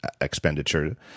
expenditure